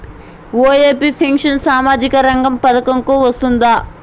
OAP pension సామాజిక రంగ పథకం కు వస్తుందా?